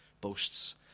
boasts